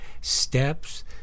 Steps